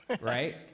Right